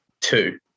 two